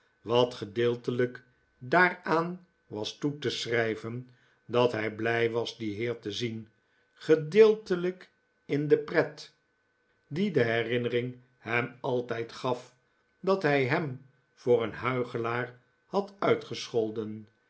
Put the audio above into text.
wat gedeeltelijk daaraan was toe te schrijven dat hij blij was dien heer te zien gedeeltelijk in de pret die de herinnering hem altijd gaf dat hij hem voor een huichelaar had uitgescholden